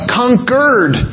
conquered